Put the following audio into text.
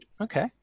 Okay